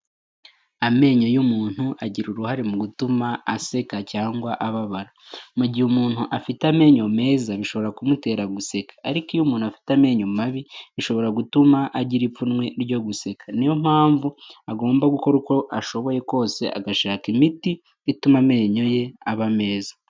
Amenyo y'umuntu agira uruhare mu gutuma aseka cyangwa ababara. Mu gihe umuntu afite amenyo meza bishobora kumutera guseka, ariko iyo umuntu afite amenyo mabi bishobora gutuma agira ipfunwe ryo guseka. Ni yo mpamvu agomba gukora uko ashoboye kose agashaka imiti ituma amenyo ye aba meza.